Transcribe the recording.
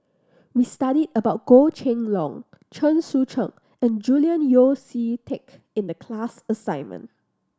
we studied about Goh Kheng Long Chen Sucheng and Julian Yeo See Teck in the class assignment